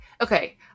okay